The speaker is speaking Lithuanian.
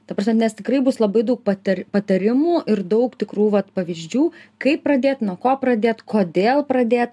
ta prasme nes tikrai bus labai daug patar patarimų ir daug tikrų vat pavyzdžių kaip pradėt nuo ko pradėt kodėl pradėt